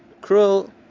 cruel